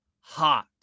hot